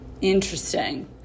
Interesting